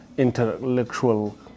intellectual